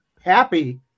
Happy